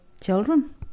children